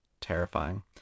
terrifying